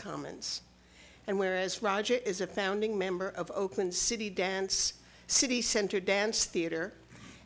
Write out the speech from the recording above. commons and whereas roger is a founding member of oakland city dance city center dance theater